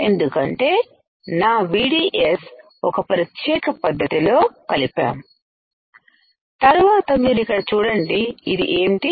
ఎందుకంటే నా videos VDS ఒక ప్రత్యేక పద్ధతిలో కలిపాము తరువాత మీరు ఇక్కడ చూడండి ఇది ఏంటి